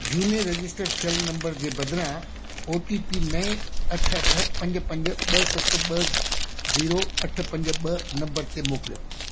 झूने रजिस्टर थियलु नंबर जे बदिरां ओटीपी नए अठ अठ पंज पंज ॿ सत ॿ ज़ीरो अठ पंज ॿ नंबर ते मोकिलियो